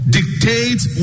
dictates